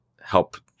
help